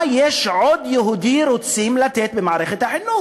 מה עוד יהודי רוצים לתת במערכת החינוך,